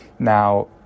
Now